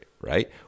right